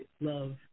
love